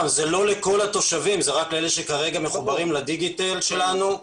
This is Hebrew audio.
זה לא לכל התושבים אלא רק לאלה שמחוברים לדיגיטל שלנו.